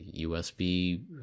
USB